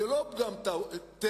זה לא פגם טכני.